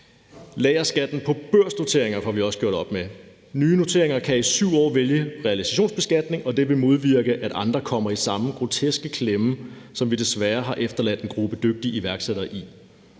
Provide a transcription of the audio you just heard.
Lagerskatten på børsnoteringer får vi også gjort op med. Nye noteringer kan i 7 år vælge realisationsbeskatning, og det vil modvirke, at andre kommer i samme groteske klemme, som vi desværre har efterladt en gruppe af dygtige iværksættere i.